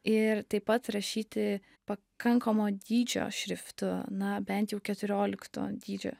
ir taip pat rašyti pakankamo dydžio šriftu na bent jau keturiolikto dydžio